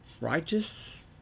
righteous